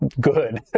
good